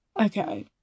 Okay